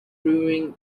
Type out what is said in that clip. brewing